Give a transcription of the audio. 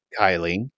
Kylie